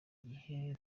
gihe